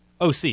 OC